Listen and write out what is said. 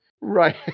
Right